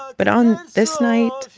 but on this night,